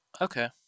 Okay